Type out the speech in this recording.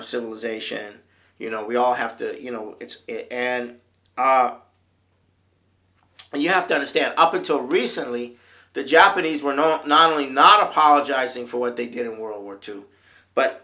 donna civilization you know we all have to you know it's and but you have to understand up until recently the japanese were not not only not apologizing for what they did in world war two but